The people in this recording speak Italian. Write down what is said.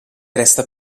resta